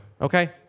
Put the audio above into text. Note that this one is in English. okay